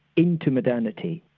into modernity.